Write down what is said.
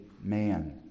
man